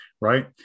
Right